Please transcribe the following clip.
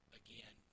again